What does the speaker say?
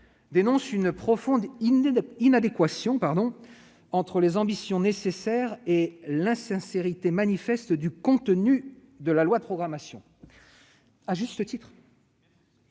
dénonce une « profonde inadéquation entre les ambitions nécessaires et l'insincérité manifeste du contenu de la loi de programmation ».